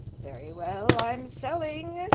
very well, i'm selling.